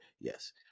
Yes